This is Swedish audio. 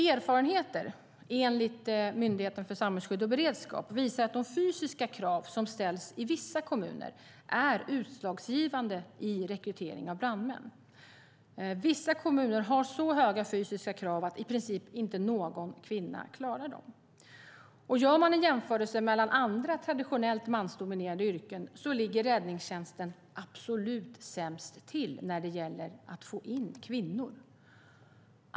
Erfarenheter enligt Myndigheten för samhällsskydd och beredskap visar att de fysiska krav som ställs i vissa kommuner är utslagsgivande i rekryteringen av brandmän. Vissa kommuner har så höga fysiska krav att i princip inte någon kvinna klarar dem. Gör man en jämförelse mellan andra traditionellt mansdominerade yrken ligger räddningstjänsten absolut sämst till när det gäller att få in kvinnor.